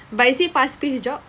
but is it fast paced job